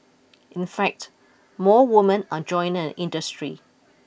in fact more women are joining the industry